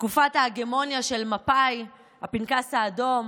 תקופת ההגמוניה של מפא"י, הפנקס האדום,